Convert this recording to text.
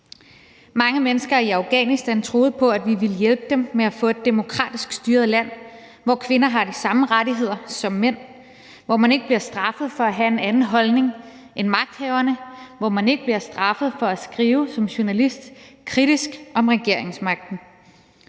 Mange mennesker i Afghanistan troede på, at vi ville hjælpe dem med at få et demokratisk styret land, hvor kvinder har de samme rettigheder som mænd, hvor man ikke bliver straffet for at have en anden holdning end magthaverne, og hvor man ikke som journalist bliver straffet for at skrive kritisk om regeringsmagten.